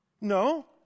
No